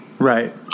Right